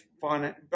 finance